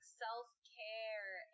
self-care